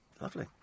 Lovely